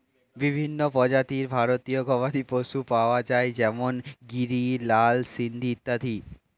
বিভিন্ন প্রজাতির ভারতীয় গবাদি পশু পাওয়া যায় যেমন গিরি, লাল সিন্ধি ইত্যাদি